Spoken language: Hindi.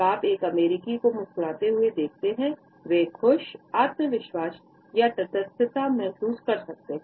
जब आप एक अमेरिकी को मुस्कुराते हुए देखते है वे खुश आत्मविश्वास या तटस्थ महसूस कर सकते हैं